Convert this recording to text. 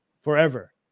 forever